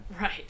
Right